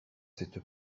cette